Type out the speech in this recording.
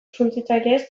suntsitzaileez